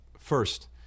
First